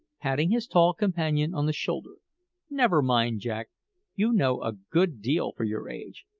patting his tall companion on the shoulder never mind, jack you know a good deal for your age.